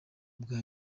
bwa